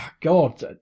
God